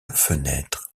fenêtre